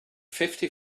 fifty